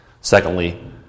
Secondly